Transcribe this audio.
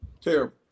Terrible